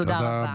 תודה רבה.